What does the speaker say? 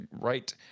right